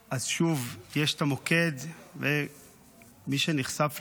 אז שוב, יש את המוקד, מי שנחשף לזה.